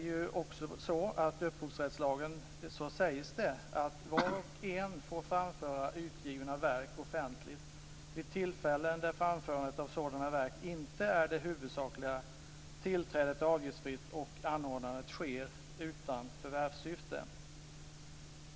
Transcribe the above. I upphovsrättslagen sägs det att var och en får framföra utgivna verk offentligt om framförandet inte är det huvudsakliga, om tillträdet är avgiftsfritt och om anordnandet sker utan förvärvssyfte.